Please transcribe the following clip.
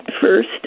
first